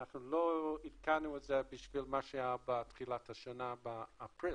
אנחנו לא עדכנו את זה למה שהיה בתחילת השנה באפריל.